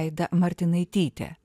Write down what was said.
aida martinaitytė